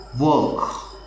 work